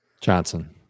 Johnson